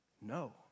no